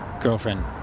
girlfriend